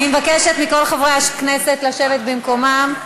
אני מבקשת מכל חברי הכנסת לשבת במקומם.